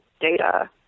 data